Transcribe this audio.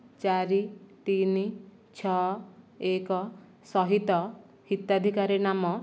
ଚାରି ତିନି ଛଅ ଏକ ସହିତ ହିତାଧିକାରୀ ନାମ